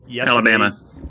Alabama